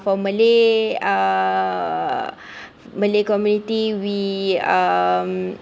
for malay uh malay community we um